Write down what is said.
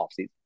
offseason